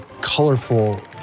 colorful